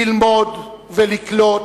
ללמוד ולקלוט